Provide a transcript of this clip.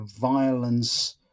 violence